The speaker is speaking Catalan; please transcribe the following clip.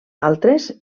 altres